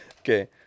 Okay